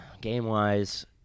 game-wise